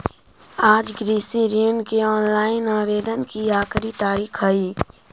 आज कृषि ऋण के ऑनलाइन आवेदन की आखिरी तारीख हई